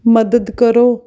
ਮਦਦ ਕਰੋ